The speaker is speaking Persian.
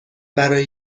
برای